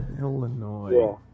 Illinois